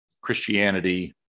Christianity